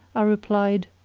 i replied,